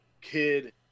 Kid